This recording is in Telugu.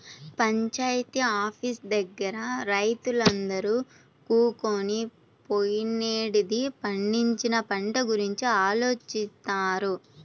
పంచాయితీ ఆఫీసు దగ్గర రైతులందరూ కూకొని పోయినేడాది పండించిన పంట గురించి ఆలోచిత్తన్నారు